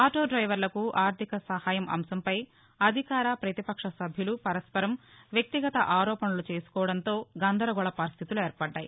ఆటోడ్రెవర్లకు ఆర్టిక సహాయం అంశంపై అధికార ప్రతిపక్ష సభ్యులు పరస్పరం వ్యక్తిగత ఆరోపణలు చేసుకోవడంతో గందరగోళ పరిస్టితులు ఏర్పడ్డాయి